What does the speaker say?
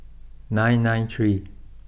nine nine three